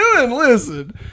Listen